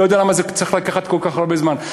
לא יודע למה זה צריך לקחת כל כך הרבה זמן,